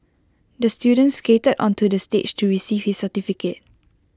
the student skated onto the stage to receive his certificate